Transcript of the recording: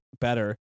better